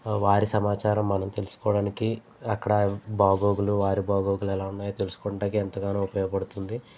వారి సమాచారం మనం తెలుసుకోవడానికి అక్కడ బాగోగులు వారి బాగోగులు ఎలా ఉన్నాయో తెలుసుకోవడానికి ఎంతగానో ఉపయోగపడుతుంది